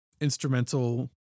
instrumental